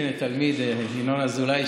הינה התלמיד ינון אזולאי,